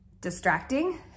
distracting